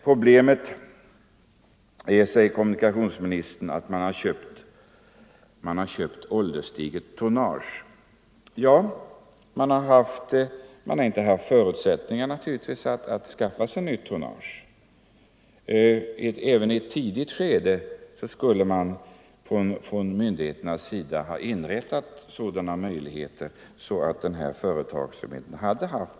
Problemet är — säger kommunikationsministern — att man har köpt ålderstiget tonnage. Ja, man har naturligtvis inte haft förutsättningar att skaffa sig nytt tonnage. Även i ett tidigt skede skulle man från myndigheternas sida ha öppnat sådana möjligheter för företagsamheten.